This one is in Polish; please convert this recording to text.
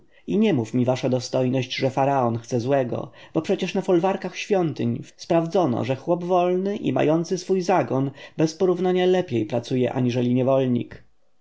i nie mów mi wasza dostojność że faraon chce złego bo przecież na folwarkach świątyń sprawdzono że chłop wolny i mający swój zagon bez porównania lepiej pracuje aniżeli niewolnik